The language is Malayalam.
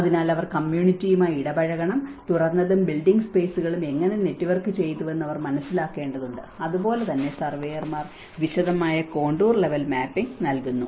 അതിനാൽ അവർ കമ്മ്യൂണിറ്റിയുമായി ഇടപഴകണം തുറന്നതും ബിൽഡ് സ്പേസുകളും എങ്ങനെ നെറ്റ്വർക്കുചെയ്തുവെന്ന് അവർ മനസ്സിലാക്കേണ്ടതുണ്ട് അതുപോലെ തന്നെ സർവേയർമാർ വിശദമായ കോണ്ടൂർ ലെവൽ മാപ്പിംഗ് നൽകുന്നു